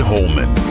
Holman